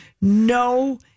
no